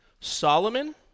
Solomon